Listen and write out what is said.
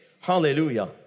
Hallelujah